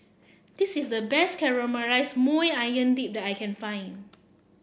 this is the best Caramelized Maui Onion Dip that I can find